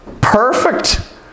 perfect